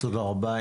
תודה רבה.